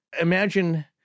Imagine